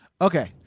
Okay